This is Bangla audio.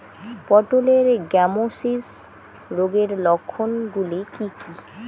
পটলের গ্যামোসিস রোগের লক্ষণগুলি কী কী?